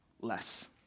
less